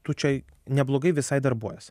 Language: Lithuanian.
tu čia neblogai visai darbuojies